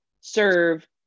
serve